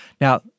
Now